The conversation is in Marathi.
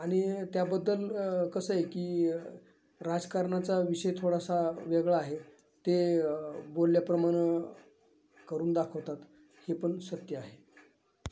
आणि त्याबद्दल कसं आहे की राजकारणाचा विषय थोडासा वेगळा आहे ते बोलल्याप्रमाणं करून दाखवतात हे पण सत्य आहे